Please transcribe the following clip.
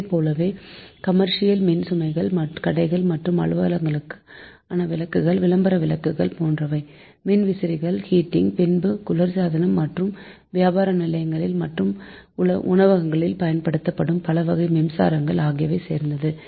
அதுபோலவே கமெர்சியல் மின்சுமைகள் கடைகள் மற்றும் அலுவலகங்களுக்கு ஆன விளக்குகள் விளம்பர விளக்குகள் போன்றவை மின்விசிறிகள் ஹீட்டிங் பின்பு குளிர் சாதனம் மற்றும் வியாபார நிலையங்களில் மற்றும் உணவகங்களில் பயன்படுத்தப்படும் பலவகை மின்சாதனங்கள் ஆகியவை சேர்த்தது